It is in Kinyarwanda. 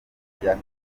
rya